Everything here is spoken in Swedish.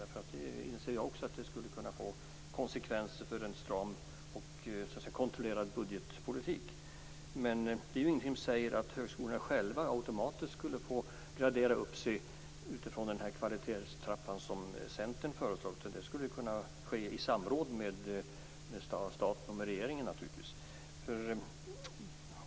Jag inser också att det skulle kunna få konsekvenser för en stram och kontrollerad budgetpolitik. Men det är ju ingenting som säger att högskolorna själva automatiskt skulle få gradera upp sig utifrån den kvalitetstrappa som Centern har föreslagit. Det skulle naturligtvis kunna ske i samråd med staten och regeringen.